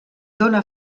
dóna